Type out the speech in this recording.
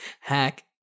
hack